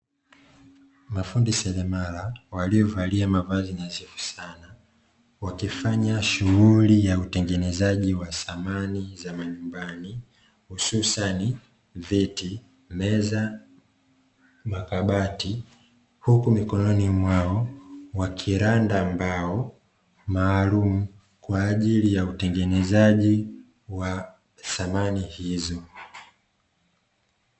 Mafundi seremala waliovalia mavazi nadhifu sana, wakifanya shughuli ya utengenezaji wa samani za majumbani hususan viti, meza na makabati, huku mikononi mwao wakiranda mbao maalumu kwa ajili ya utengenezaji wa samani hizo.